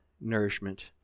nourishment